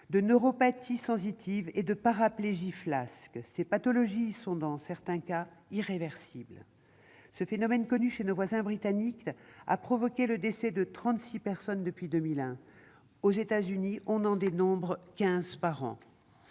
de neuropathie sensitive et de paraplégie flasque. Ces pathologies sont, dans certains cas, irréversibles. Ce phénomène, connu chez nos voisins britanniques, a provoqué le décès de trente-six personnes depuis 2001. Aux États-Unis, on en dénombre quinze par an.